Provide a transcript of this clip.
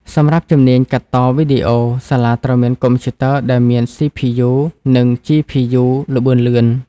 សម្រាប់ជំនាញកាត់តវីដេអូ សាលាត្រូវមានកុំព្យូទ័រដែលមាន CPU និង GPU ល្បឿនលឿន។